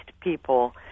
people